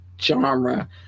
genre